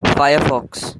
firefox